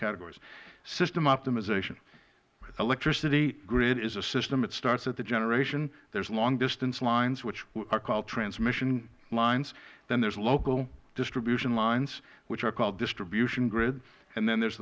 categories system optimization electricity grid is a system it starts at the generation there are long distance lines which are called transmission lines then there are local distribution lines which are called distribution grid then there